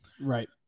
right